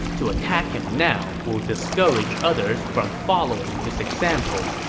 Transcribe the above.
to attack him now will discourage others from following his example.